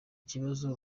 kibazo